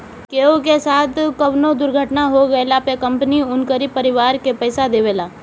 केहू के साथे कवनो दुर्घटना हो गइला पे कंपनी उनकरी परिवार के पईसा देवेला